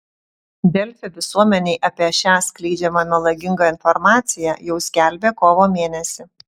delfi visuomenei apie šią skleidžiamą melagingą informaciją jau skelbė kovo mėnesį